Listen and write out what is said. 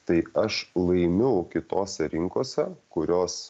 tai aš laimiu kitose rinkose kurios